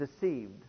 deceived